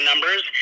numbers